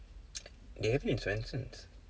they have it in Swensen's